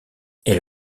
elle